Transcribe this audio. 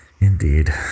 Indeed